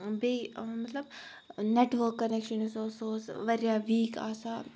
بیٚیہِ مطلب network connection یُس اوس سُہ اوس واریاہ ویٖک آسان